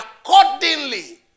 accordingly